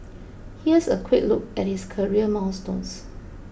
here's a quick look at his career milestones